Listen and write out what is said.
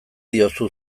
diozu